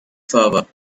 fervor